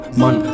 man